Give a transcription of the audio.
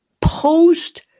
post